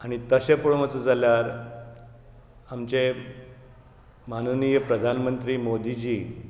आनी तशें पळोवंक वचत जाल्यार आमचे माननीय प्रधान मंत्री मोदी जी